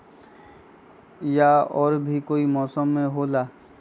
या और भी कोई मौसम मे भी होला?